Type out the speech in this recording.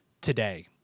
today